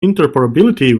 interoperability